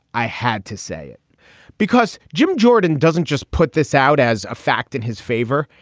i had to say it because jim jordan doesn't just put this out as a fact in his favor.